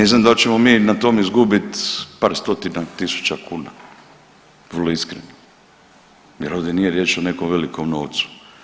Ne znam da li ćemo mi na tome izgubiti par stotina tisuća kuna, vrlo iskreno jer ovdje nije riječ o nekom velikom novcu.